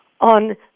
on